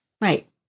Right